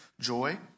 joy